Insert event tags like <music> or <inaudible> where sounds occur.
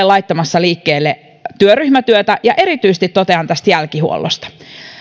<unintelligible> laittamassa liikkeelle työryhmätyötä ja erityisesti totean tästä jälkihuollosta